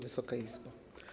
Wysoka Izbo!